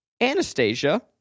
Anastasia